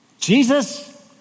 Jesus